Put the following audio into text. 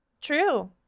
True